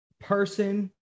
person